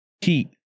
heat